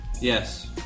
Yes